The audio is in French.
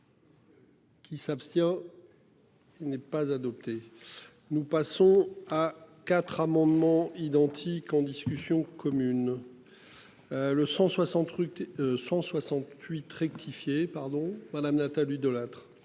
Qui s'abstient. Il n'est pas adopté. Nous passons à quatre amendements identiques en discussion commune. Le 160 rue 168 rectifié pardon madame Nathalie Delattre.